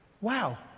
Wow